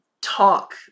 talk